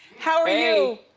how are you?